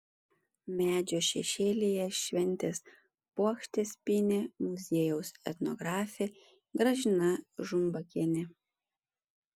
medžio šešėlyje šventės puokštes pynė muziejaus etnografė gražina žumbakienė